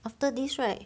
after this right